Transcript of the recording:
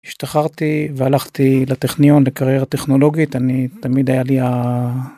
השתחררתי והלכתי לטכניון לקריירה טכנולוגית. אני תמיד היה לי ה...